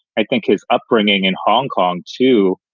i think his upbringing in hong kong to,